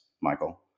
Michael